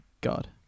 God